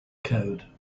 code